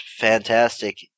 fantastic